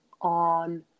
on